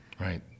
right